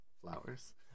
flowers